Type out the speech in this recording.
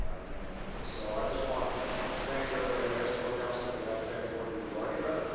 and so, i just want to thank everybody on the export council for the outstanding work that you've already done.